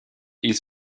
ils